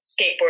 skateboard